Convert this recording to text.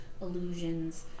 illusions